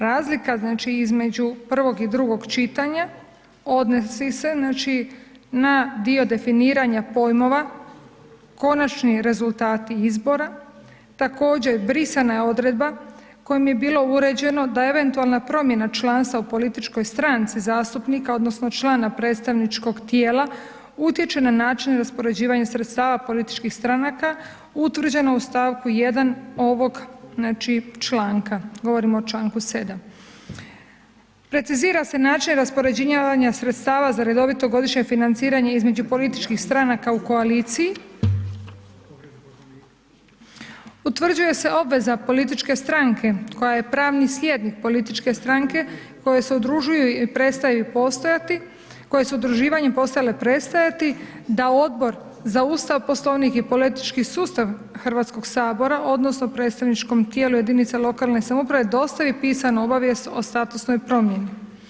Razlika znači između prvog i drugog čitanja odnosi se na dio definiranja pojmova, konačni rezultati izbora, također brisana je odredba kojom je bilo uređeno da eventualna promjena članstva u političkoj stranci zastupnika odnosno člana predstavničkog tijela, utječe na način raspoređivanja sredstva političkih stranaka utvrđeno u stavku 1. ovog članka, govorimo o članku 7. Precizira se način raspoređivanja sredstava za redovito godišnje financiranje između političkih stranaka u koaliciji, utvrđuje se obveza političke stranke koja je pravni slijednik političke stranke koje se udružuju i prestaju postoje, koje su udruživanjem postale prestajati da Odbora za Ustav, Poslovnik i politički sustav Hrvatskog sabora odnosno predstavničkom tijelu jedinica lokalne samouprave, dostavi pisanu obavijest o statusnoj promjeni.